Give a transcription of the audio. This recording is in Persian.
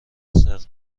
صدق